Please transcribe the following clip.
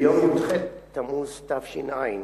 ביום י"ח בתמוז תש"ע,